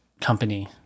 company